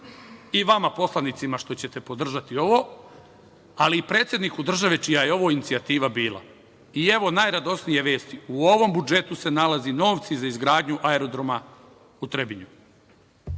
i vama poslanicima što ćete podržati ovo, ali i predsedniku države čija je ovo inicijativa bila. Evo i najradosnije vesti – u ovom budžetu se nalaze novci za izgradnju aerodroma u